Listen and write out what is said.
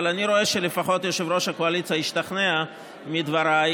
אבל אני רואה שלפחות יושב-ראש הקואליציה השתכנע מדבריי,